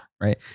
right